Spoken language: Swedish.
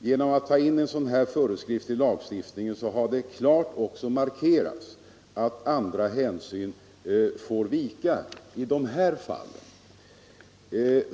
Genom att ta in en sådan föreskrift i lagstiftningen har det klart markerats att andra hänsyn får vika i dessa fall.